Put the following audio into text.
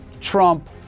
Trump